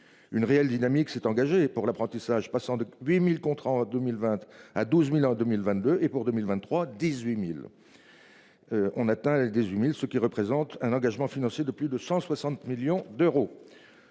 Une réelle dynamique s'est engagé pour l'apprentissage, passant de 8000 contrats en 2020 à 12.000 en 2022 et pour 2023 18.000. On atteint les 18.000 ce qui représente un engagement financier de plus de 160 millions d'euros.